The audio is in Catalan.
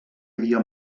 havia